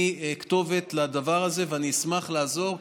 אני כתובת לדבר הזה ואשמח לעזור.